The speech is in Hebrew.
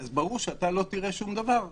ברור שאתה לא תראה שום דבר,